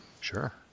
Sure